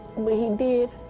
but he did.